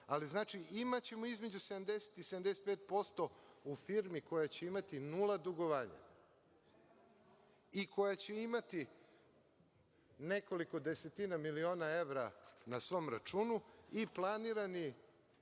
ali, imaćemo između 70% i 75% u firmi koja će imati nula dugovanja i koja će imati nekoliko desetina miliona evra na svom računu i planiranu